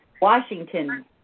Washington